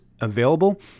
available